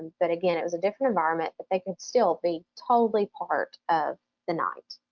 but again, it was a different environment that they could still be totally part of the night.